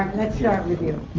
let's start with you.